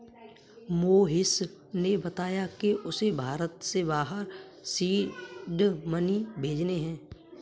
मोहिश ने बताया कि उसे भारत से बाहर सीड मनी भेजने हैं